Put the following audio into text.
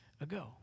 ago